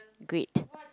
great